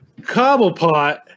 Cobblepot